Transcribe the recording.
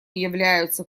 являются